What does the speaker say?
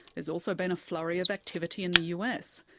there's also been a flurry of activity in the us,